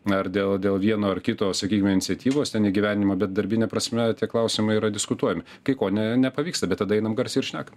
na ar dėl dėl vieno ar kito sakykime iniciatyvose ten įgyvendinimo bet darbine prasme tie klausimai yra diskutuojami kai ko ne nepavyksta bet tada einam garsiai ir šnekam